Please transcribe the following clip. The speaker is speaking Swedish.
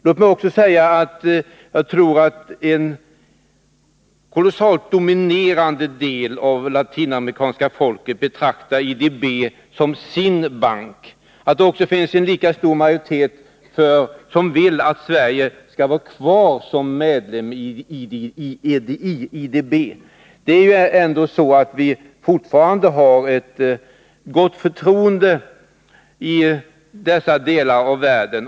Låt mig också säga att jag tror att en dominerande del av folket i Latinamerika betraktar IDB som sin bank. Det finns också en stor majoritet som vill att Sverige skall vara kvar som medlem i IDB. Vi åtnjuter fortfarande ett stort förtroende i dessa delar av världen.